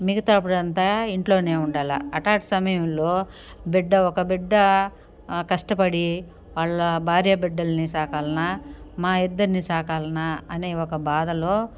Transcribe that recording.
మిగతాపుడంతా ఇంట్లోనే ఉండాలా అటాటి సమయంలో బిడ్డ ఒక బిడ్డ కష్టపడి వాళ్ళ భార్య బిడ్డల్ని సాకాలనా మా ఇద్దరినీ సాకాలనా అనే ఒక బాధలో